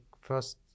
first